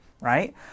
right